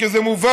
כי זה מובן.